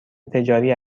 تجاری